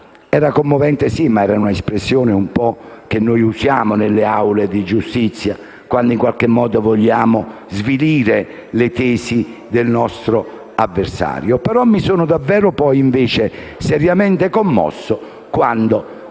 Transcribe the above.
era commovente, sì, ma questa è un'espressione che noi usiamo nelle aule di giustizia quando in qualche modo vogliamo svilire le tesi del nostro avversario; invece poi mi sono davvero, seriamente commosso quando